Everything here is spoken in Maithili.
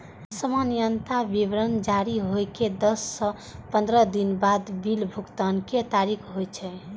सामान्यतः विवरण जारी होइ के दस सं पंद्रह दिन बाद बिल भुगतानक तारीख होइ छै